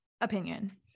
opinion